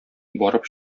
барып